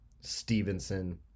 Stevenson